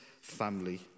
family